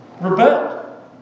rebel